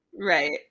right